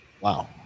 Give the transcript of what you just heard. Wow